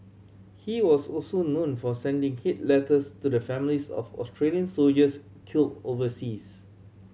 he was also known for sending hate letters to the families of Australian soldiers kill overseas